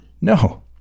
No